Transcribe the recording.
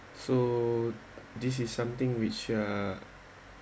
so this is something which uh